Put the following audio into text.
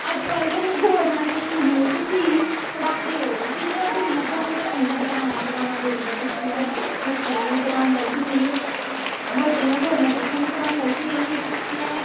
अजकल्ल ते हून गौरमैंट स्कूलें बिच्च फ्ही पढ़ांदे लोक कि जे जेह्ड़ा गरीब होग उन्न ते पढ़ाना गै पढ़ाना गौरमैंट स्कूल बच्चें गी ओह् पढ़ांदा कि नेईं बच्चें गी ओह् पढ़ांदा कि नेईं मैं